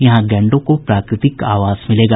यहां गैंडों को प्राकृतिक आवास मिलेगा